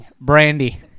Brandy